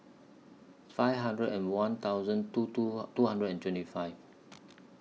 five hundred and one thousand two two two hundred and twenty five